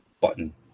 button